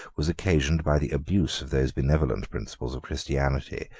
was occasioned by the abuse of those benevolent principles of christianity,